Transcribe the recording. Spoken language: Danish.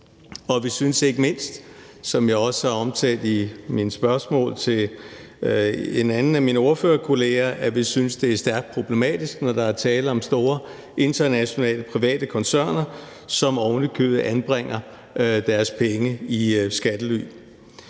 og vi synes ikke mindst, som jeg også omtalte i mit spørgsmål til en af mine ordførerkolleger, at det er problematisk, når der er tale om store internationale private koncerner, som ovenikøbet anbringer deres penge i skattely.